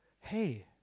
hey